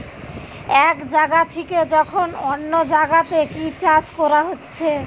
এক জাগা থিকে যখন অন্য জাগাতে কি চাষ কোরা হচ্ছে